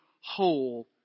whole